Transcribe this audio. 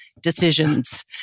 decisions